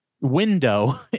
window